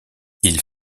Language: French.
ils